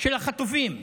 של החטופים.